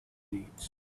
needs